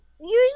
usually